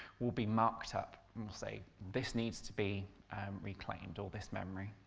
will be marked up and will say, this needs to be reclaimed, all this memory.